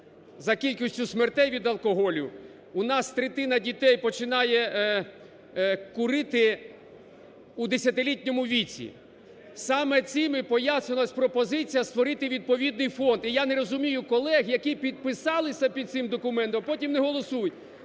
за кількістю смертей від алкоголю. У нас третина дітей починає курити у 10-літньому віці. Саме цим і пояснена пропозиція створити відповідний фонд. Іі я не розумію колег, які підписалися під цим документом, а потім не голосують.